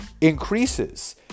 increases